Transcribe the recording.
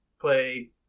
play